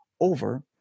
over